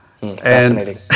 Fascinating